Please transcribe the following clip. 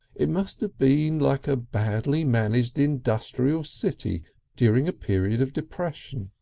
it must have been like a badly managed industrial city during a period of depression